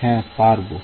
হ্যাঁ পারব